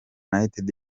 united